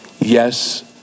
Yes